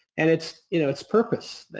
and it's you know it's purpose.